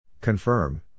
Confirm